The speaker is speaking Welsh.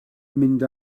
mynd